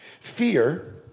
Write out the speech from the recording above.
Fear